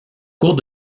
cours